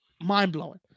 mind-blowing